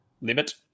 limit